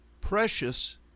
precious